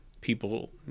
people